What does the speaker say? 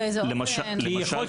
יכול להיות